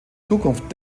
zukunft